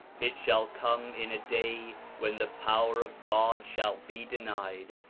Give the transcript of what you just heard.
it shall come in a day when the power of god shall be denied,